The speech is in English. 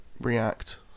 react